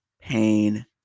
pain